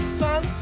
sun